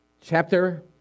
chapter